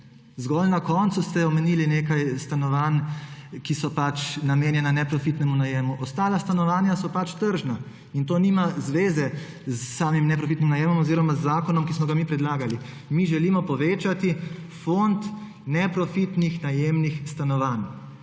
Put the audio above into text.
Zgolj na koncu ste omenili nekaj stanovanj, ki so namenjena neprofitnemu najemu, ostala stanovanja so tržna. In to nima zveze s samim neprofitnim najemom oziroma z zakonom, ki smo ga mi predlagali. Mi želimo povečati fond neprofitnih najemnih stanovanj,